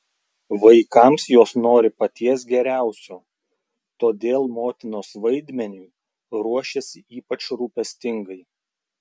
vaikams jos nori paties geriausio todėl motinos vaidmeniui ruošiasi ypač rūpestingai